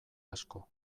asko